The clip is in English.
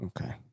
okay